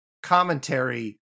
Commentary